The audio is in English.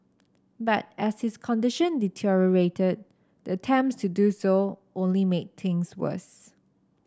but as his condition deteriorated the attempts to do so only made things worse